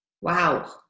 Wow